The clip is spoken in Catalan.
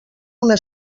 una